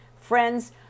Friends